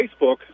facebook